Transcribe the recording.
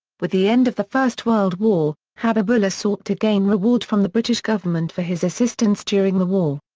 with the end of the first world war, habibullah sought to gain reward from the british government for his assistance during the war.